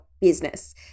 business